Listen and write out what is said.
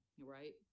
right